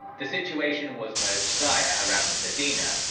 the situation was most dire around medina,